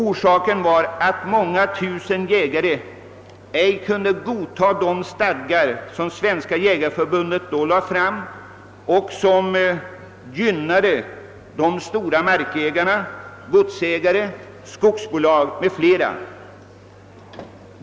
Orsaken var att många tusen jägare inte kunde godta de stadgar som Svenska jägareförbundet då lade fram och som gynnade de stora markägarna, godsägare, skogsbolag m.fl.